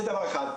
זה דבר אחד.